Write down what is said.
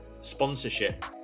sponsorship